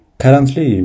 currently